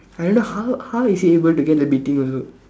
I wonder how how is he able to get the beating also